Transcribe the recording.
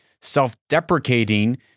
self-deprecating